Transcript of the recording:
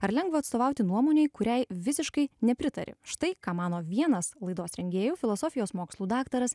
ar lengva atstovauti nuomonei kuriai visiškai nepritari štai ką mano vienas laidos rengėjų filosofijos mokslų daktaras